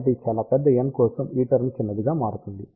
కాబట్టి చాలా పెద్ద n కోసం ఈ టర్మ్ చిన్నదిగా మారుతుంది